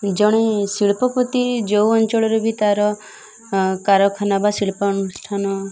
ଜଣେ ଶିଳ୍ପପତି ଯେଉଁ ଅଞ୍ଚଳରେ ବି ତାର କାରଖାନା ବା ଶିଳ୍ପ ଅନୁଷ୍ଠାନ